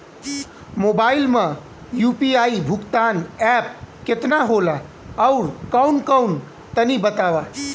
Mobile म UPI भुगतान app केतना होला आउरकौन कौन तनि बतावा?